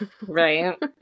Right